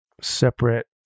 separate